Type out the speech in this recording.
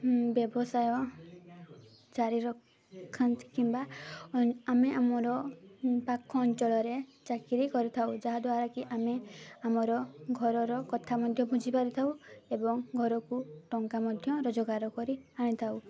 ବ୍ୟବସାୟ ଚାରି ରଖାନ୍ତି କିମ୍ବା ଆମେ ଆମର ପାଖ ଅଞ୍ଚଳରେ ଚାକିରୀ କରିଥାଉ ଯାହାଦ୍ୱାରା କି ଆମେ ଆମର ଘରର କଥା ମଧ୍ୟ ବୁଝିପାରିଥାଉ ଏବଂ ଘରକୁ ଟଙ୍କା ମଧ୍ୟ ରୋଜଗାର କରି ଆଣିଥାଉ